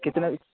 کتنے